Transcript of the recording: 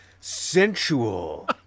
Sensual